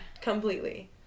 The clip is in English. Completely